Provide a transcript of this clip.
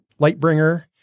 Lightbringer